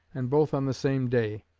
and both on the same day.